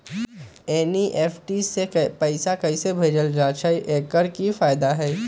NEFT से पैसा कैसे भेजल जाइछइ? एकर की फायदा हई?